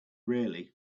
really